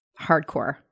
hardcore